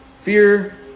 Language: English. fear